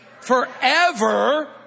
Forever